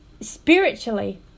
spiritually